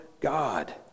God